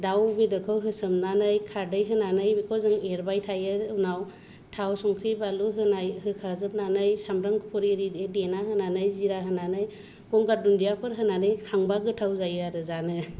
दाउ बेदरखौ होसननानै खारदै होनानै बेखौ जों एरबाय थायो उनाव थाव संख्रि बानलु होखाजोबनानै सामब्राम गुफुर एरि देना होनानै जिरा होनानै गंगार दुनदियाफोर होनानै खांबा गोथाव जायो आरो जानो